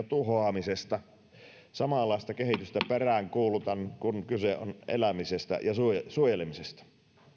tuhoamisesta samanlaista kehitystä peräänkuulutan kun kyse on elämisestä ja suojelemisesta